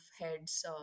heads